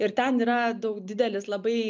ir ten yra daug didelis labai